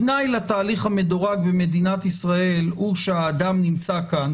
תנאי לתהליך המדורג במדינת ישראל הוא שהאדם נמצא כאן,